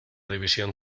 división